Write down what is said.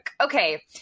Okay